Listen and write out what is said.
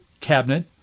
cabinet